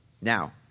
Now